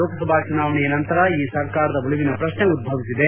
ಲೋಕಸಭಾ ಚುನಾವಣೆಯ ನಂತರ ಈ ಸರ್ಕಾರದ ಉಳಿವಿನ ಪ್ರಕ್ನೆ ಉದ್ಲವಿಸಿದೆ